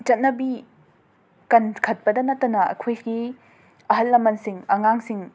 ꯆꯠꯅꯕꯤ ꯀꯟꯈꯠꯄꯗ ꯅꯠꯇꯅ ꯑꯩꯈꯣꯏꯒꯤ ꯑꯍꯜ ꯂꯃꯟꯁꯤꯡ ꯑꯉꯥꯡꯁꯤꯡ